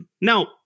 Now